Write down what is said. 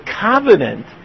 covenant